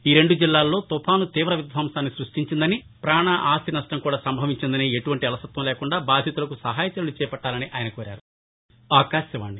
ఈ రెండు జిల్లాల్లో తుపాను తీవ విధ్వంసాన్ని సృష్టించిందని ప్రాణ ఆస్తి నష్టంకూడా సంభవించిందని ఎటువంటి అలసత్వం లేకుండా బాధితులకు సహాయ చర్యలు చేపట్లాలని ఆయన కోరారు